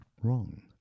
wrong